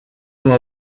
una